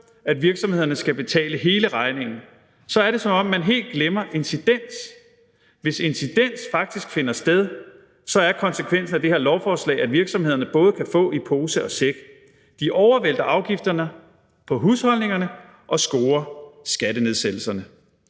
at virksomhederne skal betale hele regningen. Så er det, som om man helt glemmer incidens. Hvis incidens faktisk finder sted, er konsekvensen af det her lovforslag, at virksomhederne både kan få i pose og sæk. De overvælter afgifterne på husholdningerne og scorer skattenedsættelserne.